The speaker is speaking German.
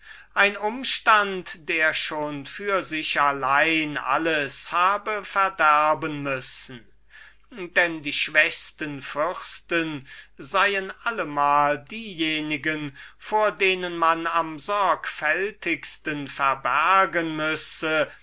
ein umstand der schon für sich allein alles habe verderben müssen denn die schwächsten fürsten seien allemal diejenigen vor denen man am sorgfältigsten verbergen müsse